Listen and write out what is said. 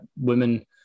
women